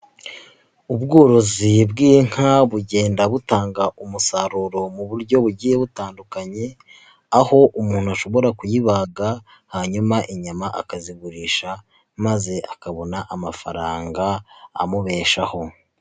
Ubworozi bw'inka bugenda butanga umusaruro mu buryo bugiye butandukanye, aho umuntu ashobora kuyibaga, hanyuma inyama akazigurisha maze akabona amafaranga amubeshaho.